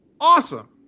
awesome